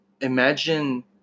imagine